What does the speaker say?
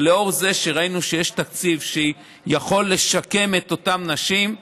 לאור זה שראינו שיש תקציב שיכול לשקם את אותן נשים,